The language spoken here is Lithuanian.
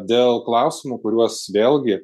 dėl klausimų kuriuos vėlgi